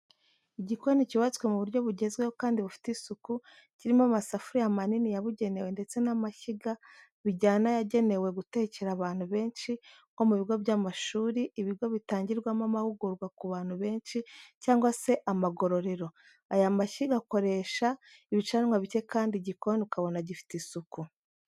Igikoni cyubatse mu buryo bugezweho kandi bufite isuku kirimo amasafuriya manini yabugenewe ndetse n'amashyiga bijyana yagenewe gutekera abantu benshi nko mu bigo by'amashuri, ibigo bitangirwamo amahugurwa ku bantu benshi, cyangwa se amagororero , aya mashyiga akoresha ibicanwa bike kandi igikoni ukabona gifite isuku.